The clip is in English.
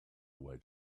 away